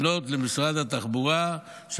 נמליץ לפנות למשרד התחבורה,